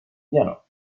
llano